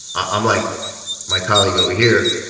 um like my colleague over here,